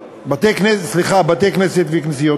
סליחה, בתי-כנסת וכנסיות.